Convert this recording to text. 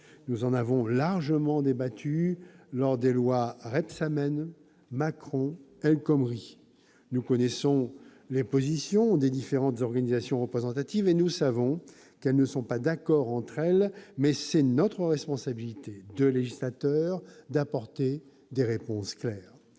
lors de la discussion des projets de loi Rebsamen, Macron et El Khomri. Nous connaissons les positions des différentes organisations représentatives et nous savons qu'elles ne sont pas d'accord entre elles, mais c'est notre responsabilité de législateur d'apporter des réponses claires.